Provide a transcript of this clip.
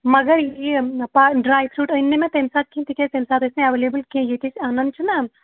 مگر یہِ پا ڈرٛاے فرٛوٗٹ أنۍ نہٕ مےٚ تَمہِ ساتہٕ کِہیٖنۍ تِکیٛازِ تَمہِ ساتہٕ ٲسۍ نہٕ ایویلیبٕل کیٚنٛہہ ییٚتہِ أسۍ اَنان چھِنا